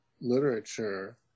literature